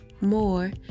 more